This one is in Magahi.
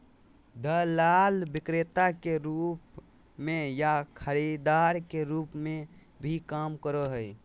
दलाल विक्रेता के रूप में या खरीदार के रूप में भी काम करो हइ